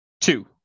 Two